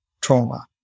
trauma